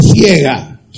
ciega